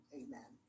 amen